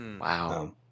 Wow